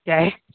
ꯌꯥꯏꯌꯦ